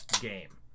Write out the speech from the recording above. game